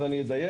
אז אני אדייק,